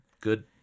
good